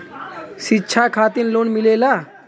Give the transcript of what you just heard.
शिक्षा खातिन लोन मिलेला?